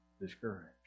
discouraged